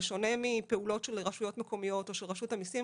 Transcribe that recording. בשונה מפעולות של רשויות מקומיות או של רשות המיסים,